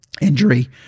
injury